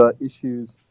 issues